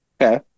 Okay